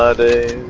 ah the